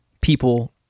people